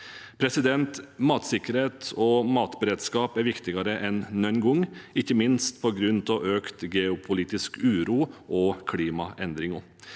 måte. Matsikkerhet og matberedskap er viktigere enn noen gang, ikke minst på grunn av økt geopolitisk uro og klimaendringer.